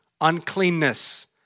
Uncleanness